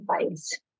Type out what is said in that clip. Advice